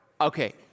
Okay